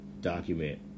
document